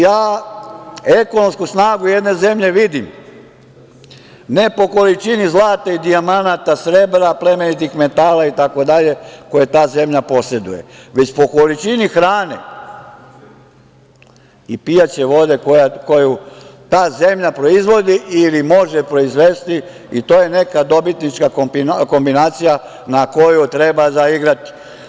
Ja ekonomsku snagu jedne zemlje vidim, ne po količini zlata i dijamanata, srebra, plemenitih metala itd. koje ta zemlja poseduje, već po količini hrane i pijaće vode koju ta zemlja proizvodi ili može proizvesti i to je neka dobitnička kombinacija na koju treba zaigrati.